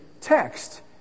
text